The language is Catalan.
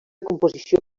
composició